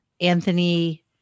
Anthony